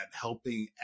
helping